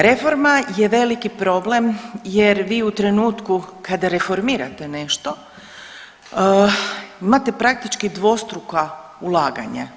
Reforma je veliki problem jer vi u trenutku kada reformirate nešto imate praktički dvostruka ulaganja.